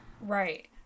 Right